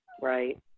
Right